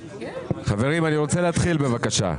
חברים, אני רוצה להתחיל, בבקשה.